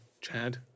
Chad